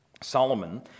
Solomon